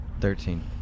Thirteen